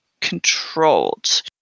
controlled